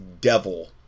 devil